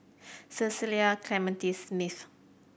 Cecil Clementi Smith